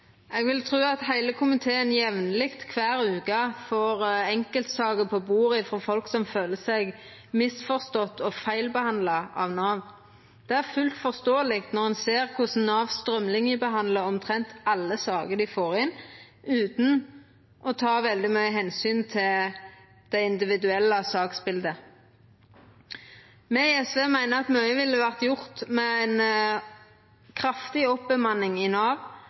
Eg vil tru at heile komiteen jamleg kvar veke får enkeltsaker på bordet frå folk som føler seg misforståtte og feilbehandla av Nav. Det er fullt forståeleg når ein ser korleis Nav strømlinjebehandlar omtrent alle saker dei får inn, utan å ta særleg mykje omsyn til det individuelle saksbildet. Me i SV meiner at mykje ville ha vore gjort med ei kraftig oppbemanning i Nav